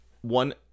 one